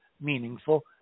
meaningful